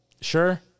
Sure